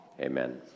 Amen